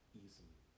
easily